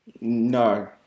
no